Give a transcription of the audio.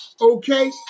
okay